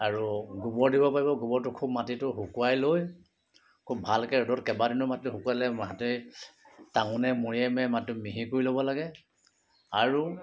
আৰু গোবৰ দিব পাৰিব গোবৰটো খুব মাটিটো শুকুৱাই লৈ খুব ভালকৈ ৰ'দত কেইবাদিনো মাটিটো শুকুৱালে টাঙোনে মৰিয়াই মৰিয়াই মাটিটো মিহি কৰি ল'ব লাগে আৰু